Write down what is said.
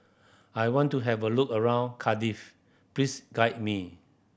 I want to have a look around Cardiff please guide me